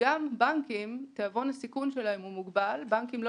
גם תיאבון הסיכון של הבנקים מוגבל.